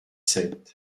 sept